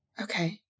Okay